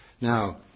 now